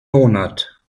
monat